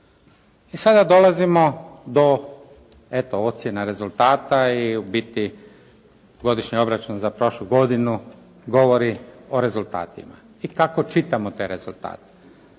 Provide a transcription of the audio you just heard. I sada dolazimo do eto ocjena, rezultata i u biti godišnji obračun za prošlu godinu govori o rezultatima. I kako čitamo te rezultate?